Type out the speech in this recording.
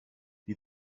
die